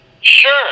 Sure